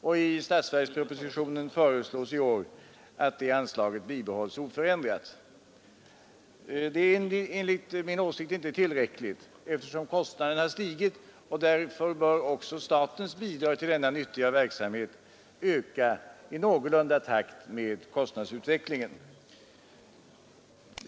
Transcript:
I årets statsverksproposition föreslås att det anslaget bibehålles oförändrat. Det är enligt min åsikt inte tillräckligt, eftersom kostnaderna har stigit. Statens bidrag till denna nyttiga verksamhet bör också öka någorlunda i takt med kostnadsutvecklingen.